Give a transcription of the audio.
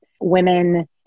women